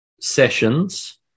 sessions